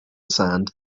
sand